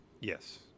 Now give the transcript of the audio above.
Yes